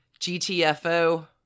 GTFO